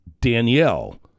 Danielle